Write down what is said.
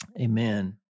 Amen